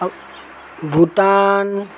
Bhutan